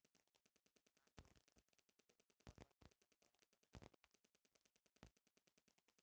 किसान लोग के एह बेरी फसल के पैदावार बढ़ावे के कोशिस करे के चाही